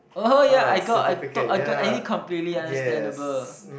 oh ya I got I thought I got any completely understandable